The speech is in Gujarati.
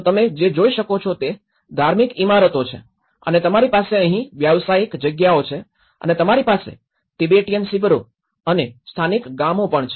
તો તમે જે જોઈ શકો તે ધાર્મિક ઇમારતો છે અને તમારી પાસે અહીં વ્યવસાયિક જગ્યાઓ છે અને તમારી પાસે તિબેટીયન શિબિરો અને સ્થાનિક ગામો પણ છે